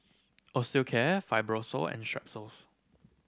Osteocare Fibrosol and Strepsils